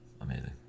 Amazing